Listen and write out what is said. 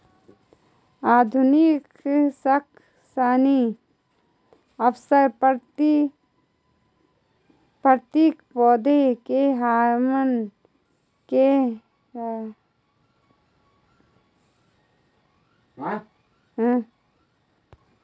आधुनिक शाकनाशी अक्सर प्राकृतिक पौधों के हार्मोन के सिंथेटिक मिमिक होते हैं